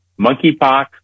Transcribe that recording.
Monkeypox